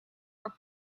are